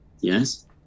yes